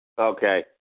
Okay